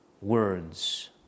words